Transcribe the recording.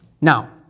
Now